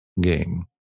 game